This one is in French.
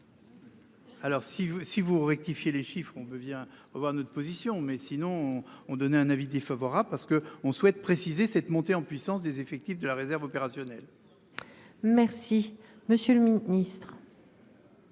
vous si vous rectifiez les chiffres on devient voir notre position mais sinon on donné un avis défavorable, parce que on souhaite préciser cette montée en puissance des effectifs de la réserve opérationnelle. Merci, monsieur le Ministre.